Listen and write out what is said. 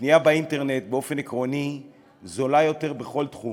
קנייה באינטרנט באופן עקרוני זולה יותר בכל תחום.